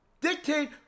dictate